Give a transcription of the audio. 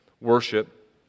worship